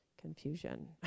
Confusion